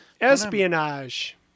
espionage